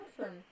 Awesome